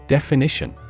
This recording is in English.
Definition